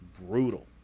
brutal